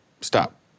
stop